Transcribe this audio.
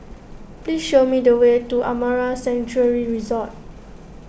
please show me the way to Amara Sanctuary Resort